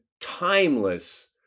timeless